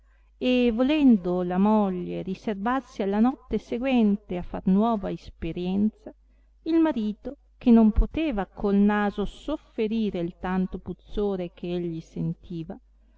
e volendo la moglie riservarsi alla notte seguente a far nuova isperienza il marito che non poteva col naso sofferire il tanto puzzore che egli sentiva